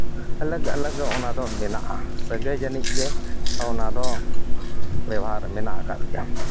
ᱟᱞᱟᱜᱽ ᱟᱞᱟᱜᱽ ᱜᱮ ᱚᱱᱟ ᱫᱚ ᱢᱮᱱᱟᱜᱼᱟ ᱥᱟᱹᱜᱟᱹᱭ ᱡᱟᱹᱱᱤᱡᱽ ᱜᱮ ᱚᱱᱟ ᱫᱚ ᱵᱮᱣᱦᱟᱨ ᱢᱮᱱᱟᱜ ᱟᱠᱟᱫ ᱜᱮᱭᱟ